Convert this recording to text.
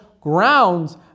grounds